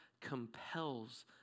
compels